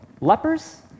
lepers